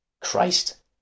Christ